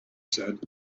said